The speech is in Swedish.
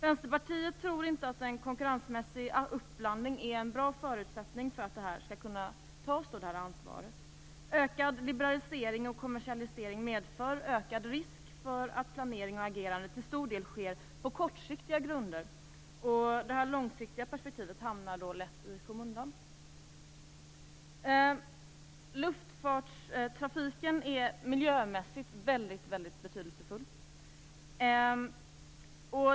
Vänsterpartiet tror inte att en konkurrensmässig uppblandning är en bra förutsättning för att det här ansvaret skall tas. Ökad liberalisering och kommersialisering medför ökad risk för att planeringen och agerandet till stor del sker på kortsiktiga grunder, och det långsiktiga perspektivet hamnar då lätt i skymundan. Luftfartstrafiken har en väldigt stor betydelse när det gäller påverkan på miljön.